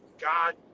God